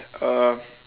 uh